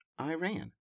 Iran